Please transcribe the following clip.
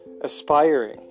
aspiring